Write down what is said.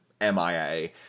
MIA